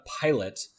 pilot